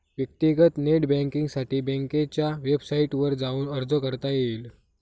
व्यक्तीगत नेट बँकींगसाठी बँकेच्या वेबसाईटवर जाऊन अर्ज करता येईल